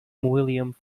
william